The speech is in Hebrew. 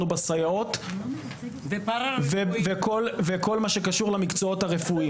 בסייעות וכל מה שקשור למקצועות הרפואיים.